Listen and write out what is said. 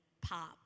pop